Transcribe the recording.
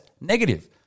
negative